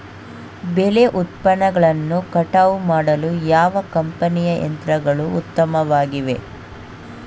ಬೆಳೆ ಉತ್ಪನ್ನಗಳನ್ನು ಕಟಾವು ಮಾಡಲು ಯಾವ ಕಂಪನಿಯ ಯಂತ್ರಗಳು ಉತ್ತಮವಾಗಿವೆ?